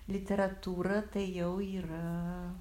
literatūra tai jau yra